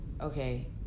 Okay